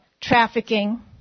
trafficking